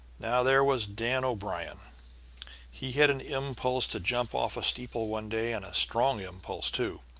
now, there was dan o'brien he had an impulse to jump off a steeple one day, and a strong impulse, too.